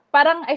Parang